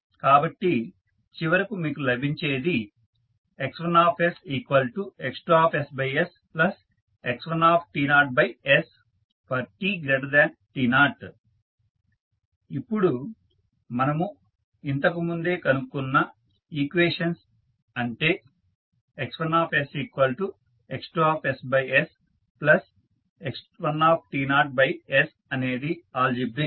కాబట్టి చివరకు మీకు లభించేది X1sX2sx1sτt0 ఇప్పుడు మనము ఇంతకుముందే కనుక్కున్న ఈక్వేషన్ అంటే X1sX2sx1sఅనేది అల్జీబ్రిక్